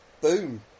Boom